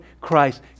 Christ